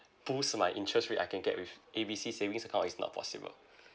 boost my interest rate I can get with A B C savings account is not possible